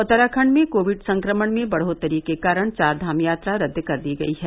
उत्तराखण्ड में कोविड संक्रमण में बढ़ोतरी के कारण चारधाम यात्रा रद्द कर दी गई है